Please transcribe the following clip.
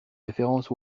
référence